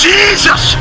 Jesus